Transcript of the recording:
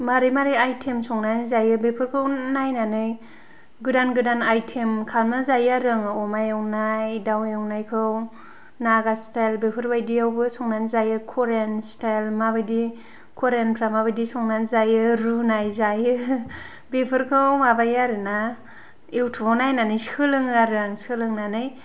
मारै मारै आइटेम संनानै जायो बेफोरखौ नायनानै गोदान गोदान आइटेम खामनानै जायो आरो आङो अमा एवनाय दाउ एवनायखौ नागा स्टाइल बेफोरबादियावबो संनानै जायो करियान स्टाइल माबादि करियानफोरा माबादि संनानै जायो रुनाय जायो बेफोरखौ माबायो आरो ना इउटुबाव नायनानै सोलोङो आरो आं सोलोंनानै